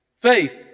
Faith